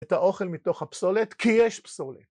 את האוכל מתוך הפסולת, כי יש פסולת.